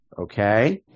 Okay